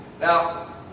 Now